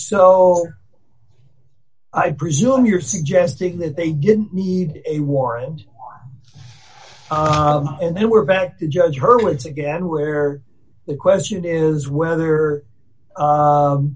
so i presume you're suggesting that they didn't need a warrant and then we're back to judge her words again where the question is whether